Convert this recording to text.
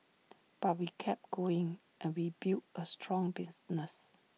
but we kept going and we built A strong business